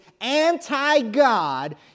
anti-God